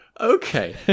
okay